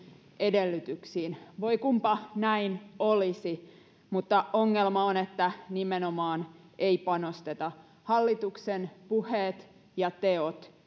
edellytyksiin voi kunpa näin olisi mutta ongelma on että nimenomaan ei panosteta hallituksen puheet ja teot